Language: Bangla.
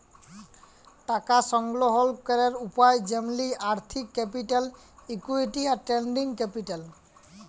টাকা সংগ্রহল ক্যরের উপায় যেমলি আর্থিক ক্যাপিটাল, ইকুইটি, আর ট্রেডিং ক্যাপিটাল